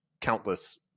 countless